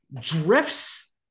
drifts